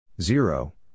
zero